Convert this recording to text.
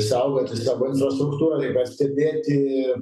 saugoti savo infrastruktūrą taip pat stebėti